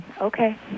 Okay